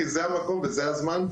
כי זה המקום וזה הזמן.